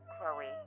Chloe